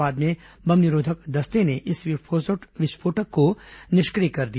बाद में बम निरोधक दस्ते ने इस विस्फोटक को निष्क्रिय कर दिया